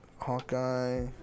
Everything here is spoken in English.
Hawkeye